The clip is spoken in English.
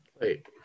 Wait